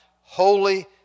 holy